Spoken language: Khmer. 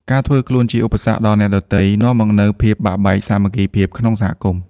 ការធ្វើខ្លួនជាឧបសគ្គដល់អ្នកដទៃ នាំមកនូវភាពបាក់បែកសាមគ្គីភាពក្នុងសហគមន៍។